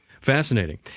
fascinating